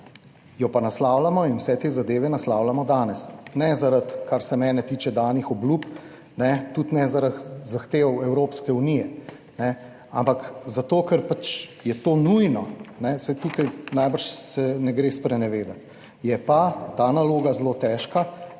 Jo pa naslavljamo in vse te zadeve naslavljamo danes, ne zaradi, kar se mene tiče danih obljub, tudi ne, zaradi zahtev Evropske unije, ampak zato, ker pač je to nujno. Saj tukaj najbrž se ne gre sprenevedati. Je pa ta naloga zelo težka